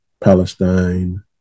Palestine